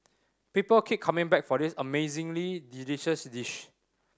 people keep coming back for this amazingly delicious dish